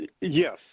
Yes